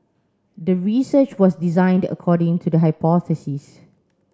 the research was designed according to the hypothesis